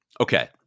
Okay